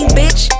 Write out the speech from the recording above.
bitch